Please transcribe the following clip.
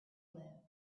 live